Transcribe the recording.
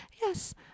Yes